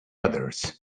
others